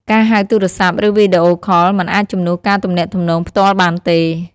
ការហៅទូរស័ព្ទ ឬវីដេអូខល មិនអាចជំនួសការទំនាក់ទំនងផ្ទាល់បានទេ។